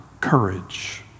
courage